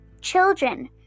children